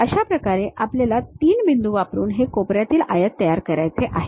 अशा प्रकारे आपल्याला 3 बिंदू वापरून हे कोपऱ्यातील आयत तयार करायचे आहेत